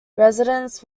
residents